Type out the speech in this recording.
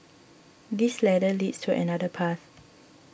this ladder leads to another path